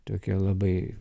tokie labai